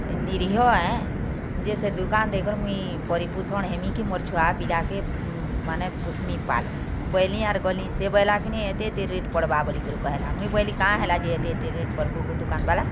ନିରୀହଁ ଆଏଁ ଯେ ସେ ଦୁକାନ୍ ଦେଇକରି ମୁଇଁ ପରିପୁଷଣ ହେମି କି ମୋର୍ ଛୁଆ ପିଲା କେ ମାନେ ପୁଷମି ପାଲ୍ମି ବୋଇଲି ଆର୍ ଗଲି ସେ ବୋଏଲା କି ନି ଏତେ ଏତେ ରେଟ୍ ପଡ଼୍ବା ବୋଲିକରି କହେଲା ମୁଇଁ ବୋଇଲି କା'ଣା ହେଲା ଯେ ଏତେ ଏତେ ରେଟ୍ କର୍ବୁ ବୋଇଲି ଦୁକାନ୍ ବାଲା